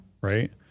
Right